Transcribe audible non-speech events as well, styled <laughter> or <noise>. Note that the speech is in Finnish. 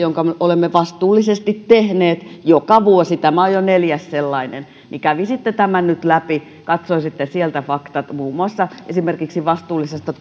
<unintelligible> jonka olemme vastuullisesti tehneet joka vuosi tämä on jo neljäs sellainen kävisitte nyt läpi katsoisitte sieltä faktat esimerkiksi vastuullisesta <unintelligible>